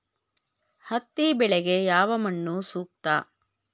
ಹತ್ತಿ ಬೆಳೆಗೆ ಯಾವ ಮಣ್ಣು ಸೂಕ್ತ?